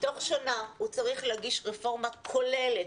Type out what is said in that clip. תוך שנה הוא צריך להגיש רפורמה כוללת,